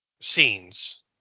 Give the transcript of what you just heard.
scenes